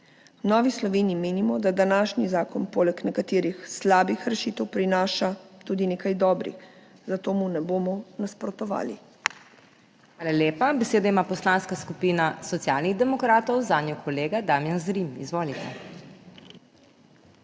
Novi Sloveniji menimo, da današnji zakon poleg nekaterih slabih rešitev prinaša tudi nekaj dobrih, zato mu ne bomo nasprotovali. **PODPREDSEDNICA MAG. MEIRA HOT:** Hvala lepa. Besedo ima Poslanska skupina Socialnih demokratov, zanjo kolega Damijan Zrim. Izvolite.